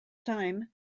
time